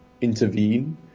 intervene